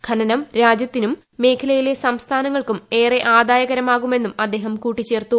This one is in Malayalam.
ഖനനം രാജ്യത്തിനും മേഖലയിലെ സംസ്ഥാനങ്ങൾക്കും ഏറെ ആദായകരമാകുമെന്നും അദ്ദേഹം കൂട്ടിച്ചേർത്തു